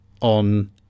on